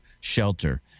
shelter